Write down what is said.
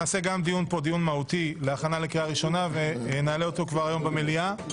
נקיים כאן דיון מהותי להכנה לקריאה ראשונה ונעלה אותו כבר היום במליאה.